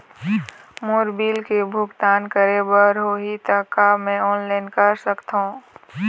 मोर bill के भुगतान करे बर होही ता का मैं ऑनलाइन कर सकथों?